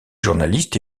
journalistes